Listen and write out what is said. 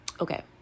okay